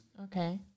Okay